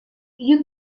you